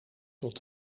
tot